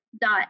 dot